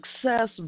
success